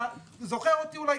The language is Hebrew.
אתה אולי זוכר אותי קצת,